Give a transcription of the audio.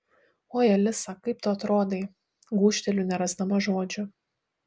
oi alisa kaip tu atrodai gūžteliu nerasdama žodžių